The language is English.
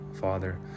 Father